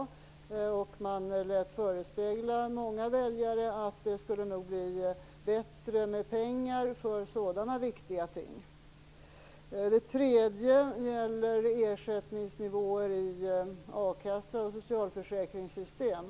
Socialdemokraterna lät förespegla många väljare att det nog skulle bli bättre med pengar för sådana viktiga ting. Den tredje gäller ersättningsnivåer i a-kassa och socialförsäkringssystem.